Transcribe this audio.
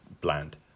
bland